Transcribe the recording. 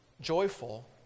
joyful